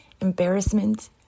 embarrassment